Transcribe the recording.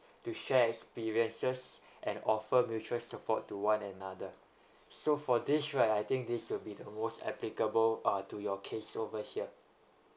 to share experiences and offer mutual support to one another so for this right I think this will be the most applicable uh to your case over here